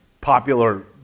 popular